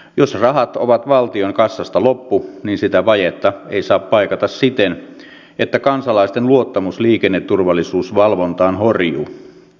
jos rahat ovat valtion kassasta loppu niin sitä vajetta ei saa paikata siten että kansalaisten luottamus liikenneturvallisuusvalvontaan horjuu